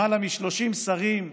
למעלה מ-30 שרים ועוד,